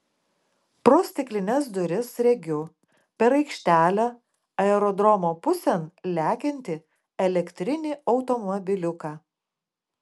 pro stiklines duris regiu per aikštelę aerodromo pusėn lekiantį elektrinį automobiliuką